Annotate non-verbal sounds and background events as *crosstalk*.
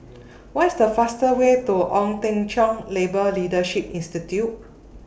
*noise* What IS The fastest Way to Ong Teng Cheong Labour Leadership Institute